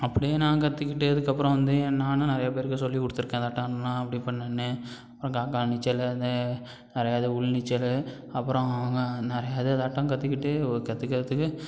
அப்படியே நான் கற்றுக்கிட்டு அதுக்கப்புறம் வந்து ஏன் நானும் நிறைய பேருக்கு சொல்லி கொடுத்துருக்கேன் அதாட்டமெலாம் அப்படி பண்ணணுன்னு அப்புறம் காக்காய் நீச்சல் அது நிறையா அது உள் நீச்சல் அப்புறம் அங்கே நிறையா இது இதாட்டம் கற்றுக்கிட்டு கற்றுக்கறத்துக்கு